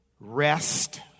rest